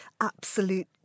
absolute